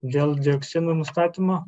dėl dioksinų nustatymo